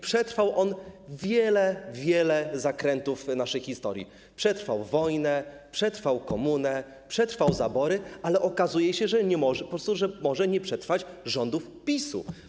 Przetrwał on wiele zakrętów naszej historii: przetrwał wojnę, przetrwał komunę, przetrwał zabory, ale okazuje się, że po prostu może nie przetrwać rządów PiS-u.